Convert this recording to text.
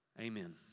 Amen